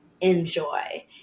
enjoy